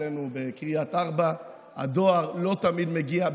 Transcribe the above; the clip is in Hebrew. אצלנו בקריית ארבע הדואר לא תמיד מגיע,